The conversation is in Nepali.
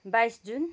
बाइस जुन